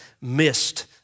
missed